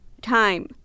time